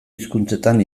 hizkuntzetan